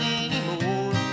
anymore